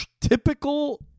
typical